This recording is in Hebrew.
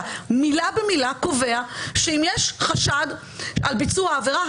מילה במילה קובע שאם יש חשד על ביצוע עבירה,